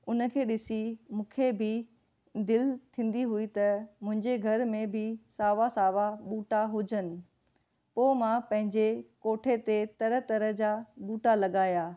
उन खे ॾिसी मूंखे बि दिलि थींदी हुई त मुंहिंजे घर में बि सावा सावा ॿूटा हुजनि पोइ मां पंहिंजे कोठे ते तरह तरह जा ॿूटा लॻाया